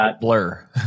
Blur